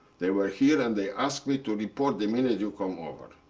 they were here and they asked me to report the minute you come over.